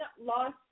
lost